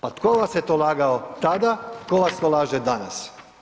Pa tko vas je to lagao tada, tko vas to laže danas?